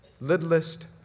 littlest